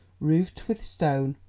roofed with stone,